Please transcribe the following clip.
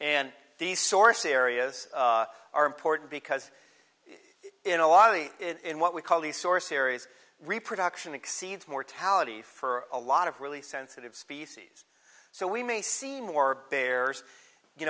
and the source areas are important because in a lot in what we call the source areas reproduction exceeds mortality for a lot of really sensitive species so we may see more bears you